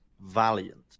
Valiant